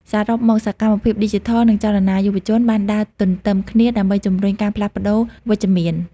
សរុបមក សកម្មភាពឌីជីថលនិងចលនាយុវជនបានដើរទន្ទឹមគ្នាដើម្បីជំរុញការផ្លាស់ប្ដូរវិជ្ជមាន។